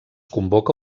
convoca